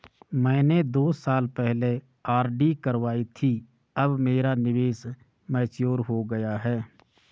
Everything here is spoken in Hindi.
मैंने दो साल पहले आर.डी करवाई थी अब मेरा निवेश मैच्योर हो गया है